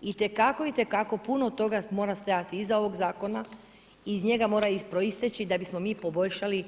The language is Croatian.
Itekako, itekako puno toga mora stajati iza ovog zakona, iz njega mora proisteći da bismo mi poboljšali